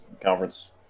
conference